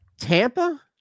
Tampa